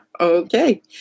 Okay